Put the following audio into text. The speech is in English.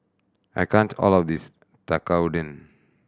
I can't all of this Tekkadon